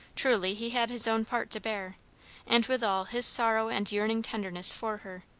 truly he had his own part to bear and withal his sorrow and yearning tenderness for her.